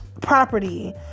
property